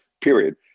period